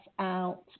out